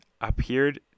appeared